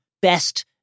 best